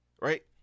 Right